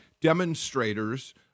demonstrators